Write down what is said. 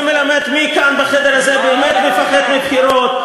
זה מלמד מי כאן בחדר הזה באמת מפחד מבחירות,